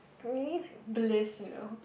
really like bliss you know